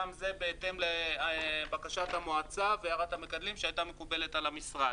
גם זה בהתאם לבקשת המועצה והערת המגדלים שהיתה מקובלת על המשרד.